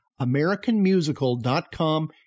AmericanMusical.com